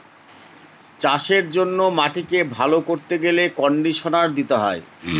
চাষের জন্য মাটিকে ভালো করতে গেলে কন্ডিশনার দিতে হয়